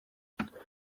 nafashe